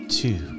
two